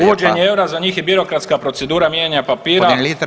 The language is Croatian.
Uvođenje eura za njih je birokratska procedura mijenjanja papira.